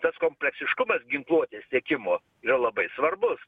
tas kompleksiškumas ginkluotės tiekimo yra labai svarbus